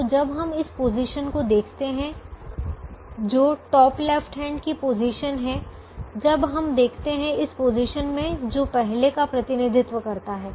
तो जब हम इस पोजीशन को देखते हैं जो टॉप लेफ्ट हैंड की पोजीशन है जब हम देखते हैं इस पोजीशन में जो पहले का प्रतिनिधित्व करता है